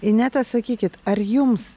ineta sakykit ar jums